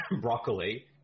Broccoli